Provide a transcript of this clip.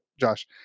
Josh